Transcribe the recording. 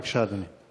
בבקשה, אדוני.